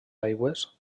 aigües